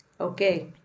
okay